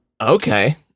okay